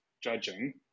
judging